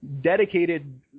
dedicated